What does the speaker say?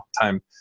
Time